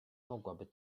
mogłaby